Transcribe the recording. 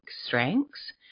strengths